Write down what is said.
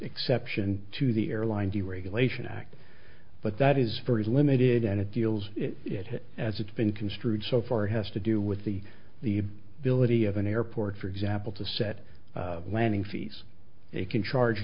exception to the airline deregulation act but that is very limited and it feels it has as it's been construed so far has to do with the the ability of an airport for example to set landing fees they can charge